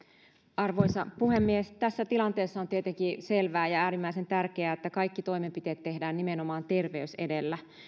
arvoisa puhemies tässä tilanteessa on tietenkin selvää ja äärimmäisen tärkeää että kaikki toimenpiteet tehdään nimenomaan terveys edellä